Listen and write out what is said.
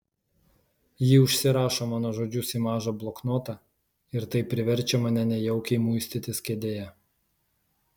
ji užsirašo mano žodžius į mažą bloknotą ir tai priverčia mane nejaukiai muistytis kėdėje